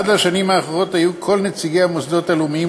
עד השנים האחרונות היו כל נציגי המוסדות הלאומיים